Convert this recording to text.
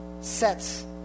sets